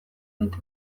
ditu